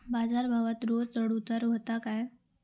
बाजार भावात रोज चढउतार व्हता काय?